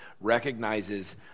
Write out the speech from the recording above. recognizes